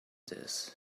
this